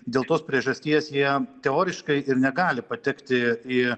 dėl tos priežasties jie teoriškai ir negali patekti į